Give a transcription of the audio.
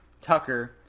Tucker